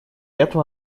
этого